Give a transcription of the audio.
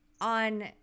on